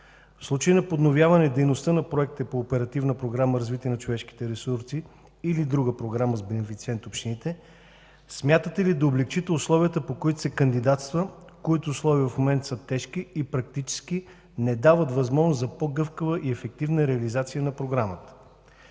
по Оперативна програма „Развитие на човешките ресурси” или друга програма с бенефициенти общините, смятате ли да облекчите условията, по които се кандидатства, тъй като условията в момента са тежки и практически не дават възможност за по гъвкава и ефективна реализация на програмата?